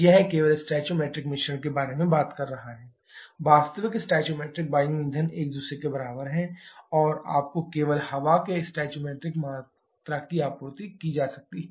यह केवल स्टोइकोमेट्रिक मिश्रण के बारे में बात कर रहा है वास्तविक स्टोइकोमेट्रिक वायु ईंधन एक दूसरे के बराबर हैं और आपको केवल हवा के स्टोइकोमेट्रिक मात्रा की आपूर्ति की जाती है